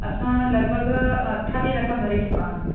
असां लॻिभॻि अठावीह लख भरे चुका आहियूं